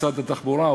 משרדי התחבורה,